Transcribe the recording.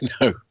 no